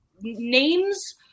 names